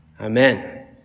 Amen